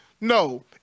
No